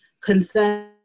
concern